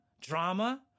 drama